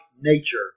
nature